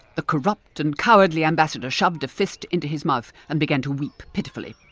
the corrupt and cowardly ambassador shoved a fist into his mouth and began to weep pitifully.